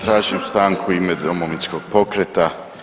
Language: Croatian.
Tražim stanku u ime Domovinskog pokreta.